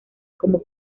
como